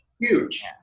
huge